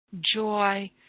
joy